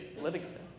Livingston